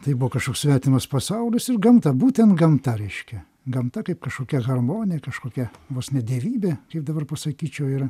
tai buvo kažkoks svetimas pasaulis ir gamta būtent gamta reiškia gamta kaip kažkokia harmonija kažkokia vos ne dievybė kaip dabar pasakyčiau ir